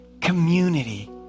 community